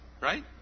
right